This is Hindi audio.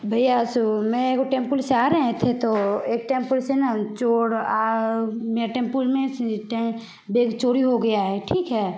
भैया सो मैं वो टेम्पूल से आ रहे थे तो एक टेम्पुल से ना चोर आ ये टेम्पूल में से एक टाइम बैग चोरी गया है ठीक है